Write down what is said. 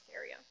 area